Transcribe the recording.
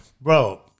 bro